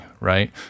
right